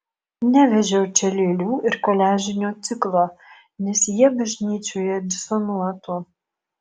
nevežiau čia lėlių ir koliažinio ciklo nes jie bažnyčioje disonuotų